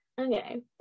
Okay